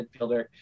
midfielder